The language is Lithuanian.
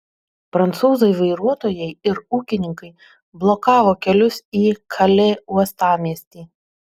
prancūzai vairuotojai ir ūkininkai blokavo kelius į kalė uostamiestį